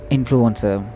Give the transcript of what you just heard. Influencer